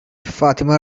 fatima